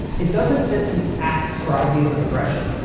it doesn't fit the acts or ideas of aggression.